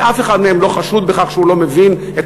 ואף אחד מהם לא חשוד בכך שהוא לא מבין את